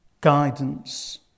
guidance